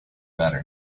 better